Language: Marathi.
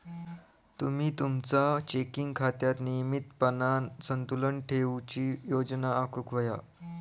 तुम्ही तुमचा चेकिंग खात्यात नियमितपणान संतुलन ठेवूची योजना आखुक व्हया